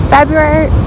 February